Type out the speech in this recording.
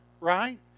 Right